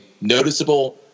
noticeable